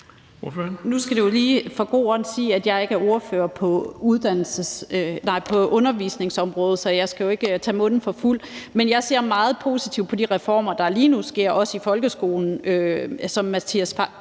Nu skal jeg lige for god ordens skyld sige, at jeg ikke er ordfører på undervisningsområdet, så jeg skal ikke tage munden for fuld. Men jeg ser meget positivt på de reformer, der lige nu også sker i folkeskolen, som børne- og